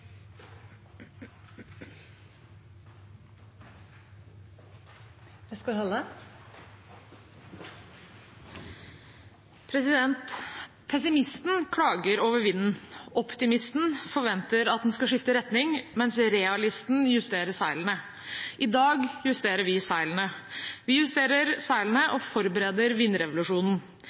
skal skifte retning, mens realisten justerer seilene. I dag justerer vi seilene. Vi justerer seilene og forbereder vindrevolusjonen.